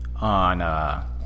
on